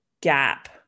gap